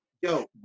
yo